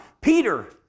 Peter